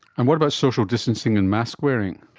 and what about social distancing and mask wearing?